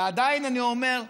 ועדיין אני אומר,